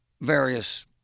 various